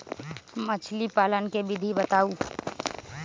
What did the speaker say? मछली पालन के विधि बताऊँ?